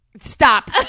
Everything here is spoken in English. Stop